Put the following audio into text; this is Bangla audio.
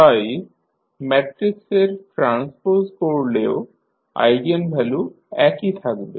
তাই ম্যাট্রিক্সের ট্রান্সপোজ করলেও আইগেনভ্যালু একই থাকবে